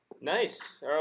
Nice